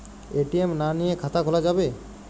ATM না নিয়ে খাতা খোলা যাবে?